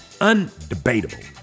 Undebatable